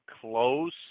close